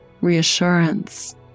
reassurance